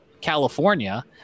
California